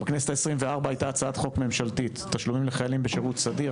בכנסת ה-24 הייתה הצעת חוק ממשלתית תשלומים לחיילים בשירות סדיר,